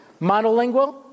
Monolingual